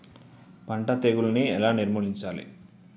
పంట తెగులుని ఎలా నిర్మూలించాలి?